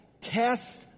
Test